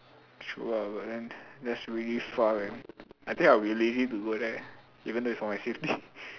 true ah but then that's really far man I think I will be lazy to go there even though it's for my safety